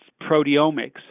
proteomics